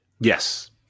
Yes